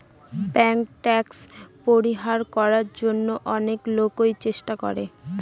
bank tax পরিহার করার জন্য অনেক লোকই চেষ্টা করে